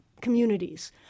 communities